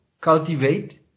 cultivate